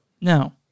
now